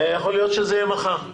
יכול להיות שזה יהיה מחר.